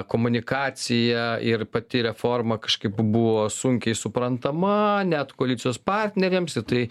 komunikacija ir pati reforma kažkaip buvo sunkiai suprantama net koalicijos partneriams ir tai